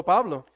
Pablo